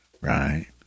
Right